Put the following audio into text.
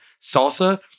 salsa